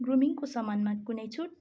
ग्रुमिङ्गको सामानमा कुनै छुट